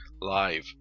live